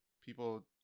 people